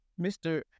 Mr